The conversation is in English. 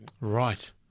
Right